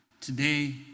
today